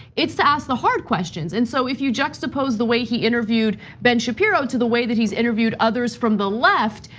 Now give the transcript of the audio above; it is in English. it's to ask the hard questions. and so if you juxtapose the way he interviewed ben shapiro to the way that he's interviewed others from the left,